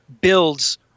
builds